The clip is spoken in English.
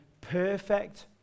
perfect